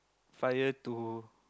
fire to